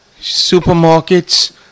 supermarket's